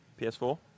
PS4